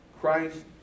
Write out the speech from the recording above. Christ